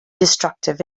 destructive